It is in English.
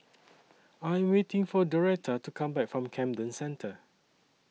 I Am waiting For Doretta to Come Back from Camden Centre